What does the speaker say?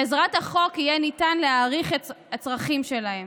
בעזרת החוק יהיה ניתן להעריך את הצרכים שלהם,